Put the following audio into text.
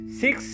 six